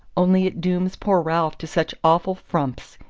only it dooms poor ralph to such awful frumps.